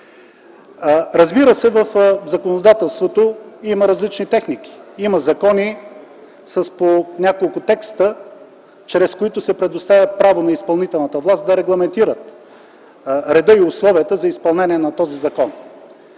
Разбира се, в законодателството има различни техники. Има закони с по няколко текста, чрез които се предоставя право на изпълнителната власт да регламентира реда и условията за изпълнение на този закон.